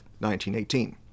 1918